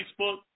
Facebook